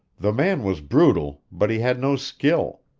the man was brutal, but he had no skill.